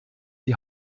die